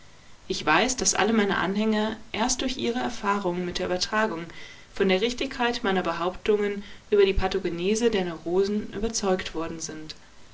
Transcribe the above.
ich weiß daß alle meine anhänger erst durch ihre erfahrungen mit der übertragung von der richtigkeit meiner behauptungen über die pathogenese der neurosen überzeugt worden sind